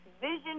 vision